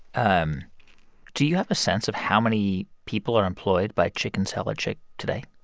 um do you have a sense of how many people are employed by chicken salad chick today?